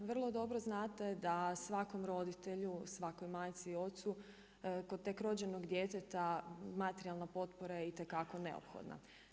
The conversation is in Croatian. Vrlo dobro znate da svakom roditelju, svakoj majci i ocu kod tek rođenog djeteta, materijalna potpora je itekako neophodna.